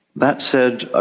that said, ah